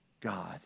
God